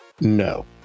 no